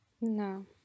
No